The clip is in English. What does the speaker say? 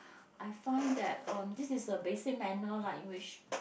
I I find that um this is a basic manner like we should